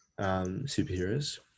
Superheroes